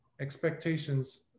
expectations